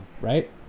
right